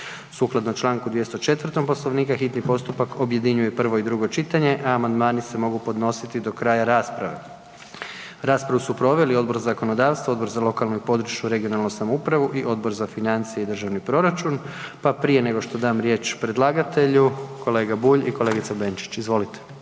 Sukladno Članku 204. Poslovnika hitni postupak objedinjuje prvo i drugo čitanje, a amandmani se mogu podnositi do kraja rasprave. Raspravu su proveli Odbor za zakonodavstvo, Odbor za lokalnu i područnu (regionalnu) samoupravu i Odbor za financije i državni proračun, pa prije nego što dam riječ predlagatelju kolega Bulj i kolegica Benčić. Izvolite.